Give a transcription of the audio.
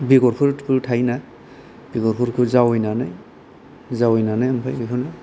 बेगरफोरबो थायोना बेगरफोरखौ जावैनानै जावैनानै ओमफ्राय बेखौनो